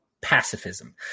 pacifism